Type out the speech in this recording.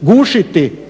gušiti